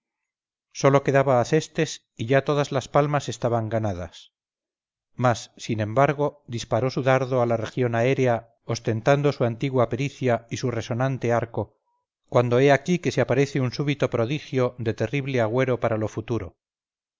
sólo quedaba acestes y ya todas las palmas estaban ganadas mas sin embargo disparó su dardo a la región aérea ostentando su antigua pericia y su resonante arco cuando he aquí que se aparece un súbito prodigio de terrible agüero para lo futuro